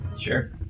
Sure